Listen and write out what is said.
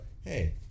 hey